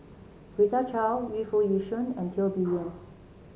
Rita Chao Yu Foo Yee Shoon and Teo Bee Yen